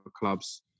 clubs